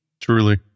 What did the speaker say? truly